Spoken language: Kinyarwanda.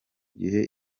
gihe